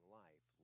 life